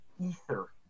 ether